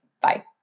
Bye